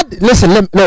listen